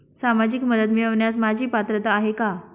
सामाजिक मदत मिळवण्यास माझी पात्रता आहे का?